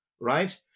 right